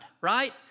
right